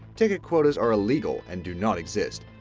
ticket quotas are illegal and do not exist.